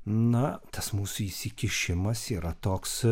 na tas mūsų įsikišimas yra toks